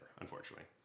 unfortunately